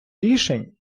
рішень